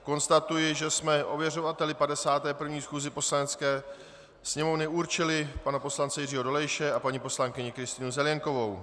Konstatuji, že jsme ověřovateli 51. schůze Poslanecké sněmovny určili pana poslance Jiřího Dolejše a paní poslankyni Kristýnu Zelienkovou.